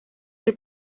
que